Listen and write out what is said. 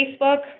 Facebook